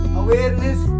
awareness